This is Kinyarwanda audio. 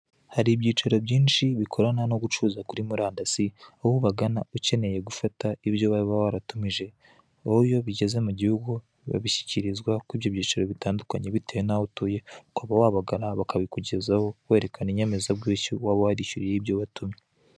Hari ibyicaro byinshi bikorana no gucuruza kuri murandasi, aho ubagana ukeneye gufata ibyo uba waratumije. Wowe iyo bigeze mu gihugu, urabishyikirizwa kuri ibyo byicaro bitandukanye bitewe n'aho utuye, ukaba wabagana wabagana bakabikugezaho. Werekana inyemezabwishyu waba warishyuriyeho ibyo watumye.